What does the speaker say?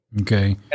Okay